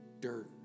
dirt